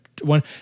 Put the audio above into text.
one